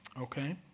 Okay